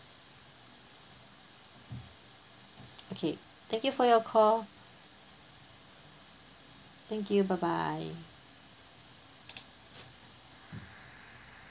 okay thank you for your call thank you bye bye